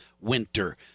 winter